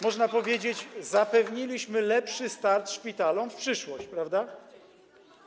Można powiedzieć, że zapewniliśmy lepszy start szpitalom w przyszłość, prawda?